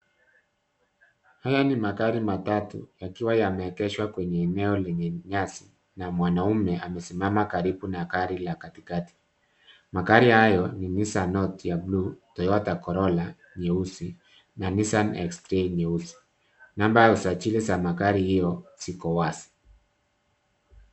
Haya ni magari matatu yakiwa yameegeshwa kwenye eneo lenye nyasi na mwanaume amesimama karibu na gari la katikati. Magari hayo ni Nissan note ya blue Toyota Corolla nyeusi na Nissan X3 nyeusi. Namba ya usajili za gari hio, ziko wazi.